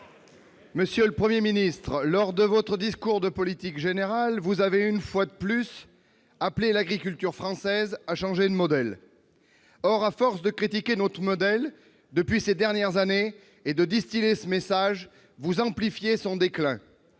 Monsieur le Premier ministre, lors de votre discours de politique générale, vous avez une fois de plus appelé l'agriculture française à changer de modèle. Or, à force de critiquer notre modèle ces dernières années et de distiller ce message, vous amplifiez son déclin